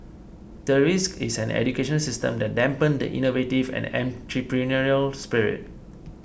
the risk is an education system that dampen the innovative and entrepreneurial spirit